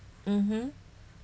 mmhmm